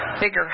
bigger